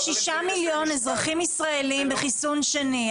6 מיליון אזרחים ישראליים בחיסון שני,